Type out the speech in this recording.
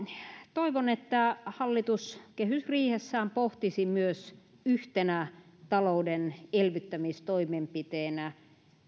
toivon että hallitus kehysriihessään pohtisi yhtenä talouden elvyttämistoimenpiteenä myös